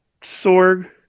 Sorg